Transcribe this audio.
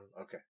okay